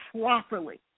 properly